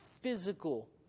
physical